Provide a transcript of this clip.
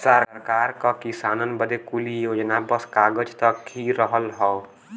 सरकार क किसानन बदे कुल योजना बस कागज तक ही रहल हौ